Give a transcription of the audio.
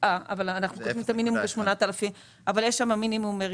אבל יש שם מינימום,